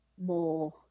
more